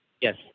Yes